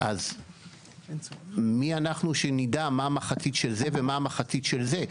אז מי אנחנו שנדע מה המחצית של זה ומה המחצית של זה.